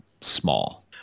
small